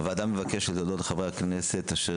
הוועדה מבקשת להודות לחברי הכנסת אשר